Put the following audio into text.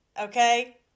Okay